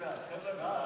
136)